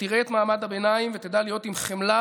שתראה את מעמד הביניים ותדע להיות עם חמלה